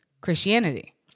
Christianity